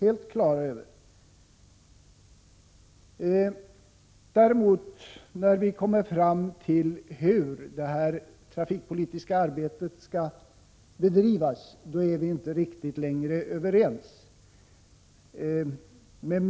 När vi kommer in på hur detta trafikpolitiska arbete skall bedrivas, är vi däremot inte riktigt lika överens längre.